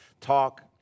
talk